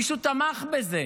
מישהו תמך בזה,